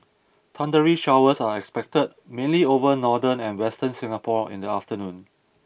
thundery showers are expected mainly over northern and western Singapore in the afternoon